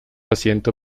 asiento